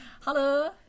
Hello